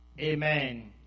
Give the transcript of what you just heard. Amen